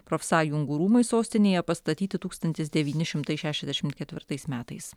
profsąjungų rūmai sostinėje pastatyti tūkstantis devyni šimtai šešiasdešimt ketvirtais metais